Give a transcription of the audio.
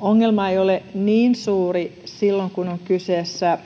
ongelma ei ole niin suuri silloin kun on kyseessä